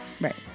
Right